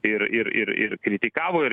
ir ir ir ir kritikavo ir